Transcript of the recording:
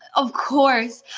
of course.